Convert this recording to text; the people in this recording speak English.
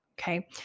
Okay